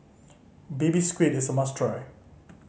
Baby Squid is a must try